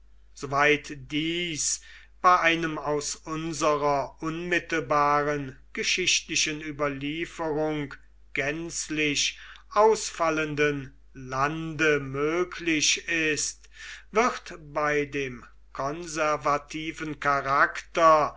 dies bei einem aus unserer unmittelbaren geschichtlichen überlieferung gänzlich ausfallenden lande möglich ist wird bei dem konservativen charakter